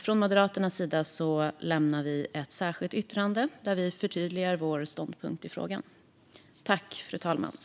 Från Moderaternas sida lämnar vi ett särskilt yttrande där vi förtydligar vår ståndpunkt i frågan. Genomförande av arbetsvillkorsdirektivet